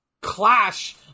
clash